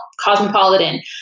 Cosmopolitan